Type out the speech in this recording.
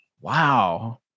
Wow